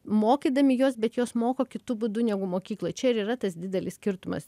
mokydami juos bet juos moko kitu būdu negu mokykloj čia ir yra tas didelis skirtumas